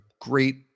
great